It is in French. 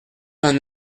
vingt